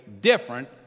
different